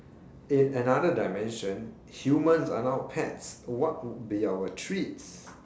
in another dimension humans are now pets what would be our treats